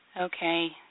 Okay